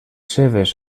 seves